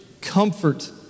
comfort